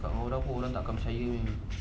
tak ada orang pun orang tak akan percaya